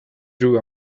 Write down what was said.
grew